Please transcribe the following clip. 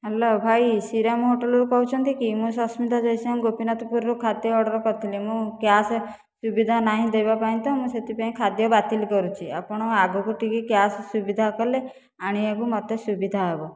hello ଭାଇ ଶ୍ରୀରାମ ହୋଟେଲରୁ କହୁଛନ୍ତି କି ମୁଁ ସସ୍ମିତା ଜୟସିଂ ଗୋପିନାଥପୁରରୁ ଖାଦ୍ୟ ଅର୍ଡ଼ର କରିଥିଲି ମୁଁ କ୍ୟାସ୍ ସୁବିଧା ନାହିଁ ଦେବା ପାଇଁ ତ ମୁଁ ସେଥିପାଇଁ ଖାଦ୍ୟ ବାତିଲ୍ କରୁଛି ଆପଣ ଆଗକୁ ଟିକିଏ କ୍ୟାସ୍ ସୁବିଧା କଲେ ଆଣିବାକୁ ମୋତେ ସୁବିଧା ହେବ